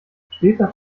steter